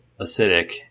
acidic